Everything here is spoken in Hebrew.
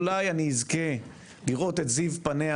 אולי אני אזכה לראות את זיו פניה,